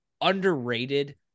underrated